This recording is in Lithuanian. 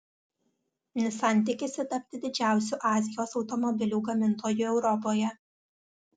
nissan tikisi tapti didžiausiu azijos automobilių gamintoju europoje